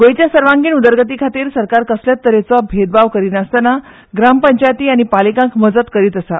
गोंयच्या सर्वांगी उदरगती खातीर सरकार कसलेच तरेचो भेदभाव करिनासतना ग्रामपंचायती आनी पालिकांक मजत करीत आा